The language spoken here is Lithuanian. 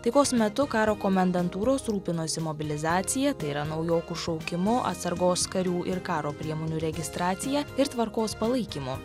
taikos metu karo komendantūros rūpinosi mobilizacija tai yra naujokų šaukimu atsargos karių ir karo priemonių registracija ir tvarkos palaikymu